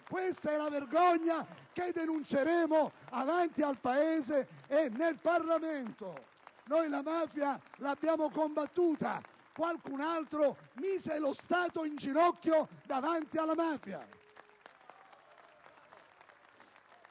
Questa è la vergogna che denunceremo davanti al Paese e nel Parlamento! Noi la mafia l'abbiamo combattuta. Qualcun altro mise lo Stato in ginocchio davanti alla mafia!